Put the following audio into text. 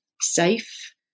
safe